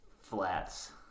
Flats